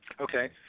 Okay